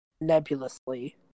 Nebulously